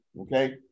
Okay